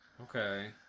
okay